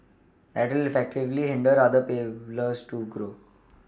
that will effectively hinder other players to grow